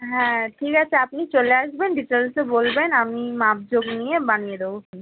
হ্যাঁ ঠিক আছে আপনি চলে আসবেন ডিটেলসে বলবেন আমি মাপ ঝোপ নিয়ে বানিয়ে দেবো খুনি